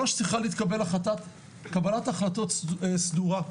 3. צריכה להתקבל קבלת החלטות סדורה.